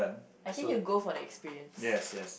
I think you'll go for the experience